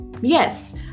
Yes